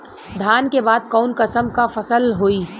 धान के बाद कऊन कसमक फसल होई?